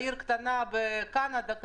שהיא עיר קטנה בקנדה,